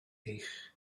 eich